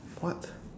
what